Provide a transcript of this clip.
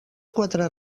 quatre